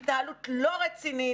היא התנהלות לא רצינית,